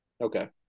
Okay